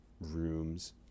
rooms